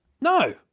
No